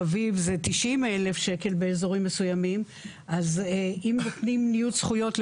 אביב זה 90,000 שקל באזורים מסוימים אז אם יהיה ניוד זכויות,